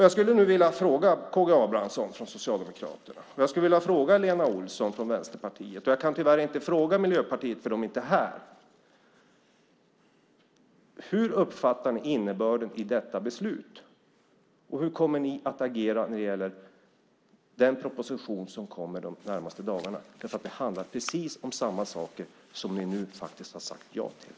Jag skulle vilja fråga K G Abramsson från Socialdemokraterna och Lena Olsson från Vänsterpartiet, men jag kan tyvärr inte fråga Miljöpartiet eftersom de inte är här: Hur uppfattar ni innebörden i detta beslut? Hur kommer ni att agera när det gäller den proposition som kommer de närmaste dagarna? Det handlar precis om samma saker som ni nu har sagt ja till.